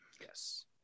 Yes